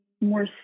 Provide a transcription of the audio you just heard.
more